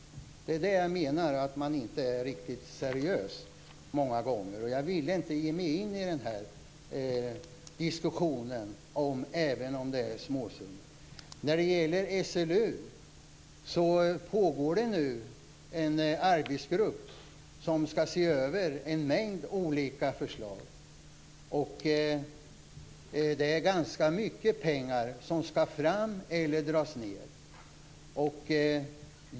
Jag menar att man inte är riktigt seriös många gånger. Men jag ville inte ge mig in i den här diskussionen även om det är småsummor. När det gäller SLU finns det nu en arbetsgrupp som skall se över en mängd olika förslag. Det är ganska mycket pengar som skall fram eller dras ned.